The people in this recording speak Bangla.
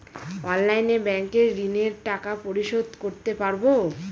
অনলাইনে ব্যাংকের ঋণের টাকা পরিশোধ করতে পারবো?